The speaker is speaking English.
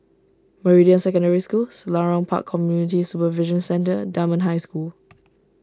Meridian Secondary School Selarang Park Community Supervision Centre Dunman High School